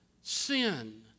sin